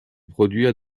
produire